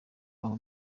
aho